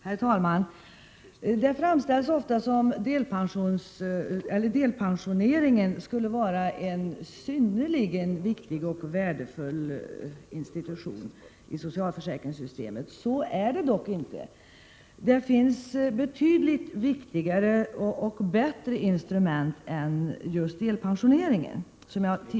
Herr talman! Delpensioneringen framställs ofta som om den skulle vara en synnerligen viktig och värdefull institution i socialförsäkringssystemet. Så är dock inte fallet. Som jag tidigare sade finns betydligt viktigare och bättre instrument än delpensioneringen.